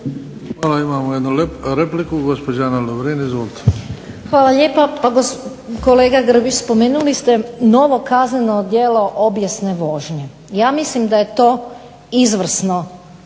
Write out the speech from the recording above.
Hvala. Imamo jednu repliku, gospođa Ana Lovrin. Izvolite. **Lovrin, Ana (HDZ)** Hvala lijepa. Pa kolega Grbić spomenuli ste novo kazneno djelo obijesne vožnje. Ja mislim da je to izvrsno